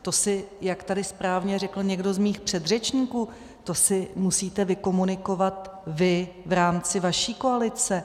To si, jak tady správně řekl někdo z mých předřečníků, musíte vykomunikovat vy v rámci vaší koalice.